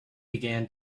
began